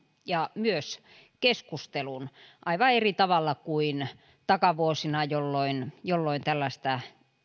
ja myös keskustelun aivan eri tavalla kuin takavuosina jolloin jolloin tällaista